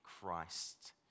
Christ